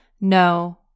no